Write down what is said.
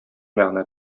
мәгънә